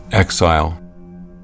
Exile